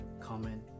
comment